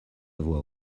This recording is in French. voix